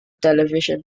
television